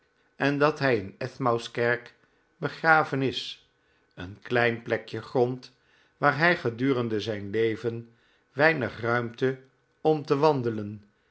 en dat hij in kxmouth kerk begraven is een klein plekjc grond waar hij gedurende zijn leven weinig ruirnte om te wandelen